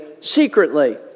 secretly